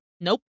nope